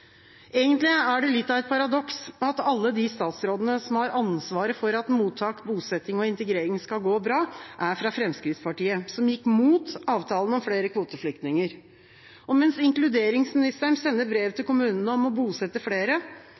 Egentlig er det litt av et paradoks at alle de statsrådene som har ansvaret for at mottak, bosetting og integrering skal gå bra, er fra Fremskrittspartiet, som gikk mot avtalen om flere kvoteflyktninger. Mens inkluderingsministeren sender brev til kommunene om å bosette flere,